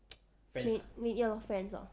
maybe ya lor friends lor